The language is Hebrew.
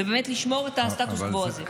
ובאמת לשמור את הסטטוס קוו הזה.